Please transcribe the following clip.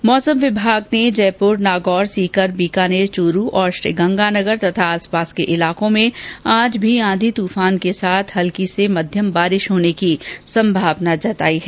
इस बीच मौसम विभाग ने जयपूर नागौर सीकर बीकानेर चूरू और श्रीगंगानगर तथा आसपास के इलाकों में आंधी तूफान के साथ हल्की से मध्यम बारिश होने की संभावना व्यक्त की है